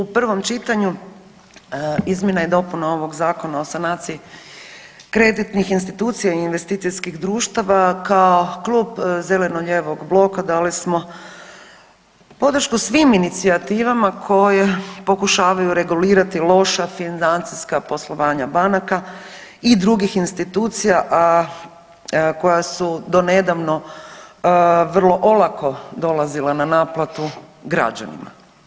Već u prvom čitanju izmjena i dopuna ovog Zakona o sanaciji kreditnih institucija i investicijskih društava kao klub Zeleno-lijevog bloka dali smo podršku svim inicijativama koje pokušavaju regulirati loša financijska poslovanja banaka i drugih institucija, a koja su do nedavno vrlo olako dolazila na naplatu građanima.